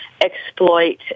exploit